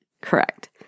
Correct